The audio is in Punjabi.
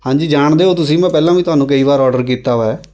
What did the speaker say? ਹਾਂਜੀ ਜਾਣਦੇ ਹੋ ਤੁਸੀਂ ਮੈਂ ਪਹਿਲਾਂ ਵੀ ਤੁਹਾਨੂੰ ਕਈ ਵਾਰ ਔਡਰ ਕੀਤਾ ਵਾ ਹੈ